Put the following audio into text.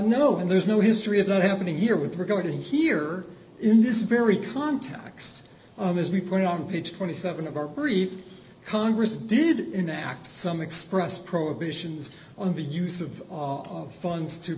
know and there's no history of that happening here with regarding here in this very contacts as we put it on page twenty seven of our brief congress did enact some express prohibitions on the use of funds